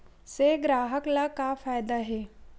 से ग्राहक ला का फ़ायदा हे?